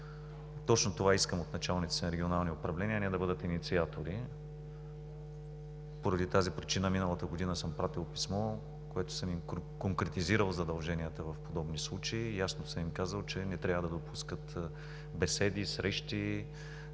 Точно това искам от началниците на регионални управления – не да бъдат инициатори. Поради тази причина миналата година съм пратил писмо, в което съм им конкретизирал задълженията в подобни случаи. Ясно съм им казал, че не трябва да допускат беседи, срещи,